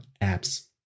Apps